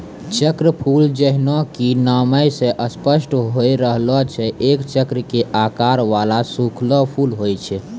चक्रफूल जैन्हों कि नामै स स्पष्ट होय रहलो छै एक चक्र के आकार वाला सूखलो फूल होय छै